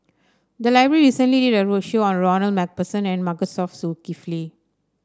the library recently did a roadshow on Ronald MacPherson and Masagos Zulkifli